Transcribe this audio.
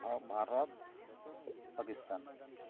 Bharat Pakistan